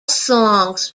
songs